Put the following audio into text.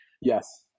Yes